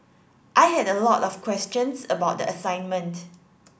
I had a lot of questions about the assignment